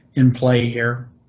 in play here.